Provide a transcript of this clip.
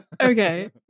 okay